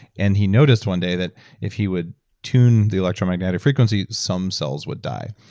and he noticed one day that if he would tune the electromagnetic frequencies some cells would die.